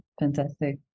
Fantastic